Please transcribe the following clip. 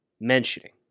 mentioning